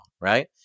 right